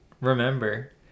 remember